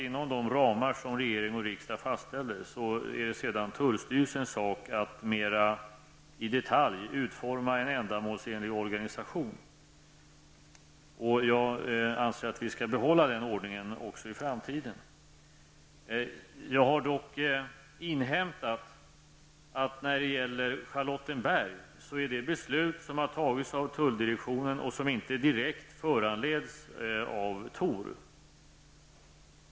Inom de ramar som riksdag och regering fastställer är det sedan generaltullstyrelsens sak att mera i detalj utforma en ändamålsenlig organisation. Jag anser att vi skall behålla den ordningen också i framtiden. Jag har dock inhämtat att beslutet beträffande tullmyndigheten i Charlottenberg, som har fattats av tulldirektionen, inte, direkt är föranlett av ToR.